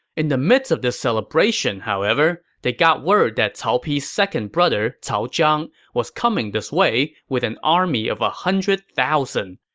in the midst of this celebration, however, they got word that cao pi's second brother cao zhang was coming this way with an army of one ah hundred thousand.